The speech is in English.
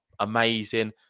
amazing